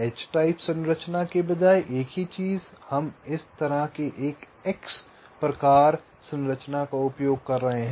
H type संरचना के बजाय एक ही चीज हम इस तरह से एक X प्रकार संरचना का उपयोग कर रहे हैं